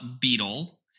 beetle